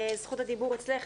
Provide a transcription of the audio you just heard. זכות הדיבור אצלך,